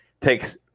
takes